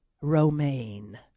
romaine